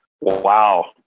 wow